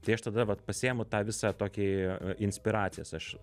tai aš tada vat pasiimu tą visą tokį inspiracijas aš